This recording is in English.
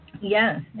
Yes